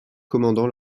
commandant